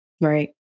Right